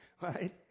Right